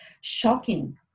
shocking